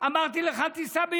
אמרתי לך "אל תיסע לפוטין"?